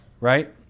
right